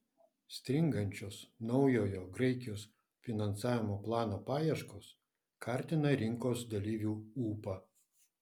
stringančios naujojo graikijos finansavimo plano paieškos kartina rinkos dalyvių ūpą